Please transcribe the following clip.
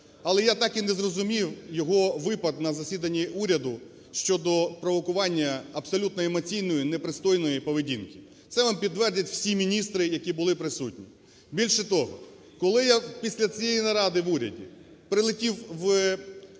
Але я так і не зрозумів його випад на засіданні уряду щодо провокування абсолютно емоційної непристойної поведінки. Це вам підтвердять всі міністри, які були присутні. Більше того, коли я після цієї наради в уряді прилетів в